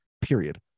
period